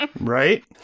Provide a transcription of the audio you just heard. Right